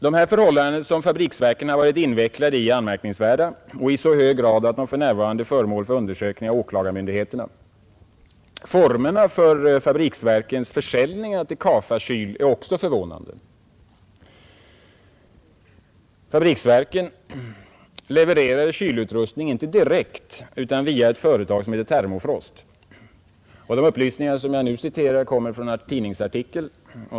Dessa förhållanden som Fabriksverken varit invecklade i är anmärkningsvärda i så hög grad att de för närvarande undersöks av åklagarmyndigheterna. Formerna för Fabriksverkens försäljningar till Ka-Fa Kyl är också förvånande. Fabriksverken levererade kylutrustning inte direkt utan via ett företag som hette Termofrost. De upplysningar som jag nu citerar kommer från en tidningsartikel.